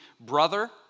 brother